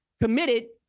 Committed